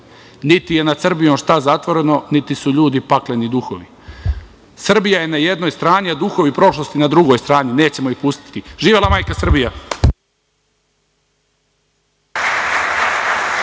Niti je nad Srbijom šta zatvoreno, niti su ljudi pakleni, ni duhovi. Srbija je na jednoj strani, a duhovi prošlosti na drugoj strani, nećemo ih pustiti. Živela majka Srbija.